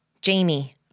Jamie